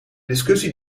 discussie